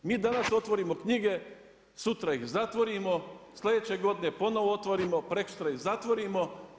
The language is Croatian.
Mi danas otvorimo knjige, sutra ih zatvorimo, sljedeće godine ponovno otvorimo, preksutra ih zatvorimo.